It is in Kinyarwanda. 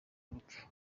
rupfu